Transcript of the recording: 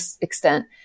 extent